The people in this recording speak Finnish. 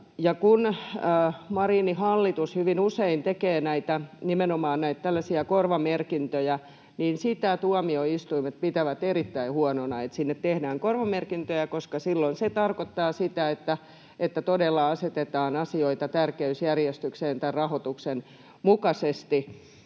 kun Marinin hallitus hyvin usein tekee nimenomaan näitä tällaisia korvamerkintöjä, niin sitä tuomioistuimet pitävät erittäin huonona, että sinne tehdään korvamerkintöjä, koska silloin se tarkoittaa sitä, että todella asetetaan asioita tärkeysjärjestykseen tämän rahoituksen mukaisesti.